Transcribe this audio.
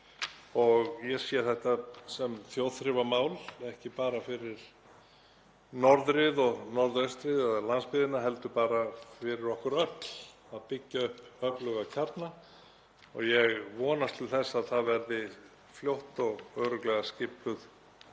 Ég sé þetta sem þjóðþrifamál, ekki bara fyrir norðrið og norðaustrið eða landsbyggðina heldur bara fyrir okkur öll að byggja upp öfluga kjarna. Ég vonast til þess að fljótt og örugglega verði